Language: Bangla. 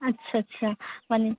আচ্ছা আচ্ছা মানে